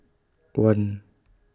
one